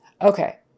Okay